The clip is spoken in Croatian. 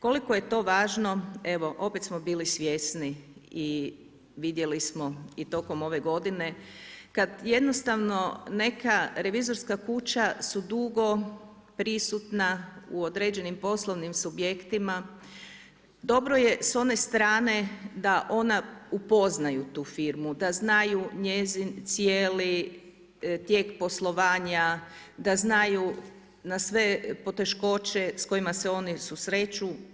Koliko je to važno, evo opet smo bili svjesni i vidjeli smo i tokom ove godine, kad jednostavno neka revizorska kuća su dugo prisutna u određenim poslovnim subjektima, dobro je s one strane, da ona upoznaju tu firmu, da znaju njezin cijeli tijek poslovanja, da znaju na sve poteškoće s kojima se oni susreću.